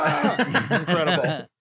Incredible